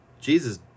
Jesus